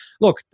look